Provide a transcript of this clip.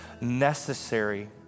necessary